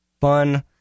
fun